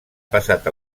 passat